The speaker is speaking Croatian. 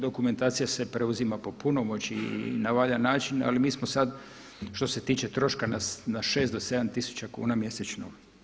Dokumentacija se preuzima po punomoći i na valjan način, ali mi smo sad što se tiče troška na 6 do 7000 kuna mjesečno.